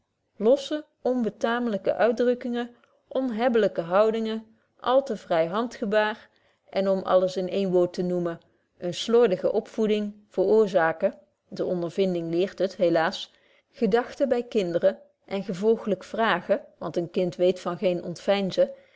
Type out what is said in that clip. losse onbetaamlyke uitdrukkingen onhebbelyke houdingen al te vry handgebaar en om alles in één woord te noemen eene slordige opvoeding veroorzaken de ondervinding leert het helaas gedagten by kinderen en gevolglyk vragen want een kind weet van geen ontveinzen